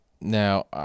Now